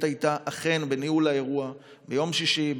הייתה אכן בניהול האירוע ביום שישי,